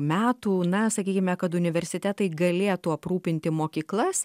metų na sakykime kad universitetai galėtų aprūpinti mokyklas